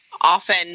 often